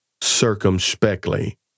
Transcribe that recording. circumspectly